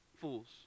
fools